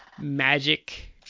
magic